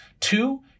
Two